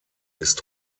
ist